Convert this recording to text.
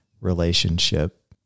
relationship